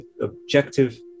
objective